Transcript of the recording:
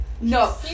no